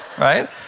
Right